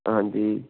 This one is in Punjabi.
ਹਾਂਜੀ